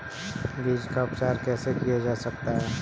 बीज का उपचार कैसे किया जा सकता है?